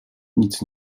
nic